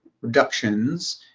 reductions